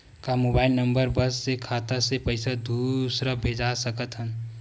का mobile number बस से खाता से पईसा दूसरा मा भेज सकथन?